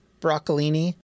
broccolini